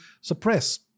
suppress